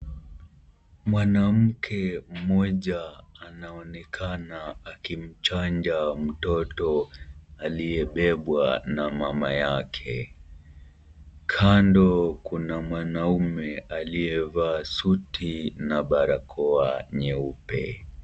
Mwanamke mmoja anaoenakana akimchanja mtoto aliyebebwa na mama yake. Kando kuna mwanamume aliyevaa suti na barakoa nyeupe.